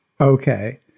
okay